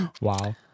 wow